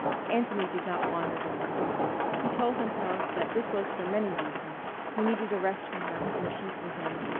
anthony did not want her to come south. he told himself that this was for many reasons he needed a rest from her and she from him.